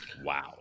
Wow